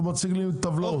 הוא מציג לי טבלאות.